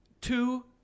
Two